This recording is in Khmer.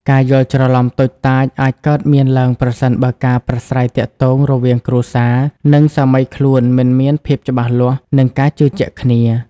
ការយល់ច្រឡំតូចតាចអាចកើតមានឡើងប្រសិនបើការប្រាស្រ័យទាក់ទងរវាងគ្រួសារ និងសាមីខ្លួនមិនមានភាពច្បាស់លាស់ និងការជឿជាក់គ្នា។